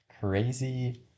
crazy